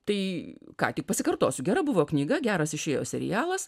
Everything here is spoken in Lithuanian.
tai ką tik pasikartosiu gera buvo knyga geras išėjo serialas